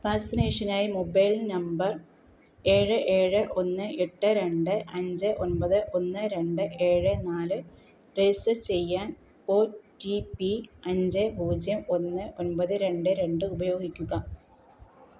വാക്സിനേഷനായി mobile number ഏഴ് ഏഴ് ഒന്ന് എട്ട് രണ്ട് അഞ്ച് ഒമ്പത് ഒന്ന് രണ്ട് ഏഴ് നാല് രജിസ്റ്റർ ചെയ്യാൻ ഒ ടി പി അഞ്ച് പൂജ്യം ഒന്ന് ഒമ്പത് രണ്ട് രണ്ട് ഉപയോഗിക്കുക